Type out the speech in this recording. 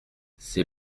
ces